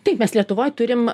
taip mes lietuvoj turim